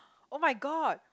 oh-my-god